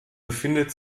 befindet